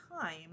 time